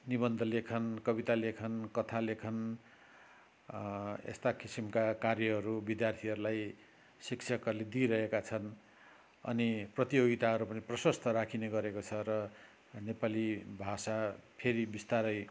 निबन्ध लेखन कविता लेखन कथा लेखन यस्ता किसिमका कार्यहरू विद्यार्थीहरूलाई शिक्षकहरूले दिइरहेका छन् अनि प्रतियोगिताहरू पनि प्रशस्त राखिने गरेको छ र नेपाली भाषा फेरि बिस्तारै